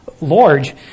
large